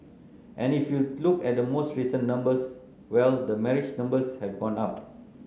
and if you look at the most recent numbers well the marriage numbers have gone up